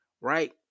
right